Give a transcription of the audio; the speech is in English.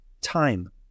time